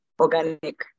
organic